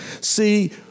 See